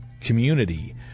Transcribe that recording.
community